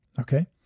Okay